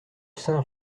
saint